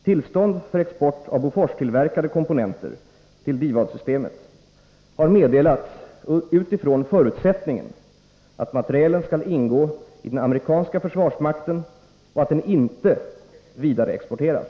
Tillstånd för export av Boforstillverkade komponenter till DIVAD systemet har meddelats utifrån förutsättningen att materielen skall ingå i den amerikanska försvarsmakten och att den inte vidareexporteras.